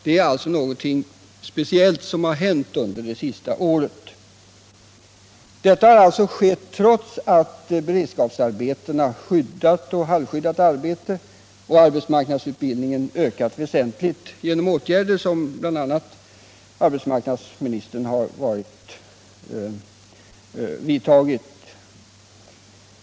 Det är således någonting speciellt som har hänt under det senaste året, och detta har skett trots att såväl beredskapsarbetena i skyddat och halvskyddat arbete som arbetsmarknadsutbildningen ökat väsentligt genom bl.a. åtgärder som arbetsmarknadsministern har vidtagit.